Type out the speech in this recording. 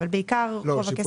אבל בעיקר רוב הכסף הוא --- לא,